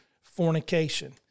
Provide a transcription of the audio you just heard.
Fornication